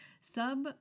sub